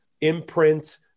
imprint